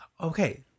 okay